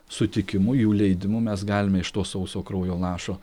sutikimu jų leidimu mes galime iš to sauso kraujo lašo